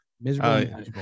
miserable